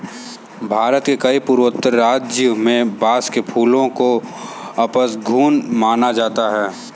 भारत के कई पूर्वोत्तर राज्यों में बांस के फूल को अपशगुन माना जाता है